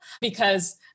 because-